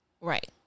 Right